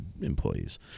employees